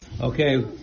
Okay